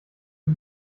die